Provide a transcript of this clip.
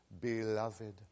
beloved